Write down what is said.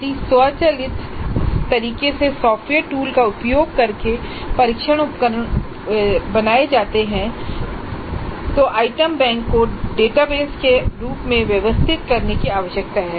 यदि स्वचालित तरीके से सॉफ़्टवेयर टूल का उपयोग करके परीक्षण उपकरण उत्पन्न किए जाने हैं तो आइटम बैंक को डेटाबेस के रूप में व्यवस्थित करने की आवश्यकता है